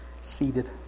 seated